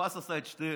עבאס עשה את שניהם.